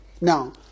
Now